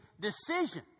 decision